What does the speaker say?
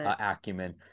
acumen